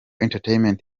entertainment